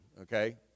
okay